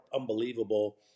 unbelievable